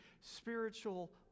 spiritual